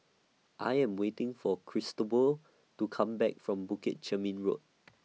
I Am waiting For Cristobal to Come Back from Bukit Chermin Road